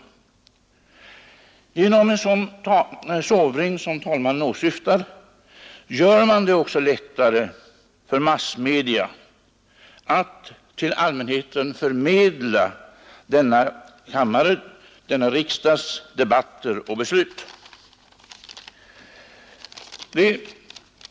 Genom en sådan sovring, som herr talmannen åsyftar, gör man det också lättare för massmedia att till allmänheten förmedla denna kammares debatter och beslut.